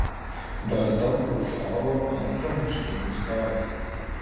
barzda brūžavo antrą marškinių sagą